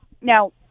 now